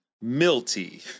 milty